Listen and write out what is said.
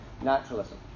naturalism